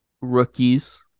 rookies